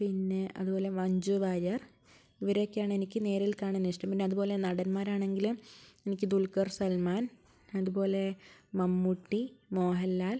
പിന്നേ അതുപോലേ മഞ്ജു വാരിയർ ഇവരെയൊക്കെയാണ് എനിക്ക് നേരിൽ കാണാൻ ഇഷ്ടം പിന്നേ അതുപോലേ നടന്മാരാണെങ്കിൽ എനിക്ക് ദുൽഖർ സൽമാൻ അതുപോലേ മമ്മൂട്ടി മോഹൻലാൽ